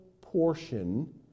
portion